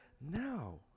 now